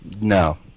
No